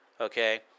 Okay